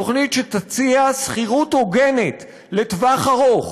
תוכנית שתציע שכירות הוגנת לטווח ארוך,